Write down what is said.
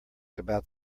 about